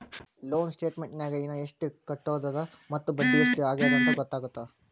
loan ಸ್ಟೇಟಮೆಂಟ್ನ್ಯಾಗ ಇನ ಎಷ್ಟ್ ಕಟ್ಟೋದದ ಮತ್ತ ಬಡ್ಡಿ ಎಷ್ಟ್ ಆಗ್ಯದಂತ ಗೊತ್ತಾಗತ್ತ